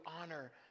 honor